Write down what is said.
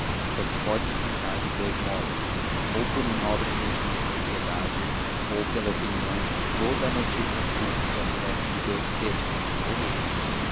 só se pode explicar de dous modos ou por um nobre sentimento de piedade ou pela opinião de que toda a notícia pública cresce de dous terços ao menos